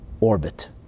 orbit